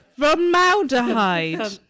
Formaldehyde